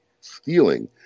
stealing